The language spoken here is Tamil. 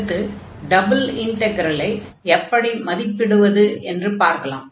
அடுத்து டபுள் இன்டக்ரலை எப்படி மதிப்பிடுவது என்று பார்க்கலாம்